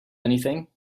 anything